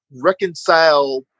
reconcile